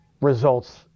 results